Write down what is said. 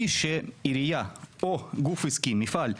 העירייה או גוף עסקי, מפעל,